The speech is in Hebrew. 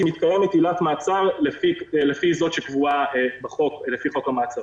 מתקיימת עילת מעצר כפי שקבוע בחוק המעצרים.